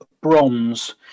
bronze